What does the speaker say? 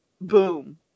Boom